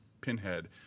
pinhead